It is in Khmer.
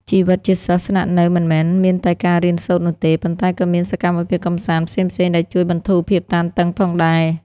ជីវិតជាសិស្សស្នាក់នៅមិនមែនមានតែការរៀនសូត្រនោះទេ ប៉ុន្តែក៏មានសកម្មភាពកម្សាន្តផ្សេងៗដែលជួយបន្ធូរភាពតានតឹងផងដែរ។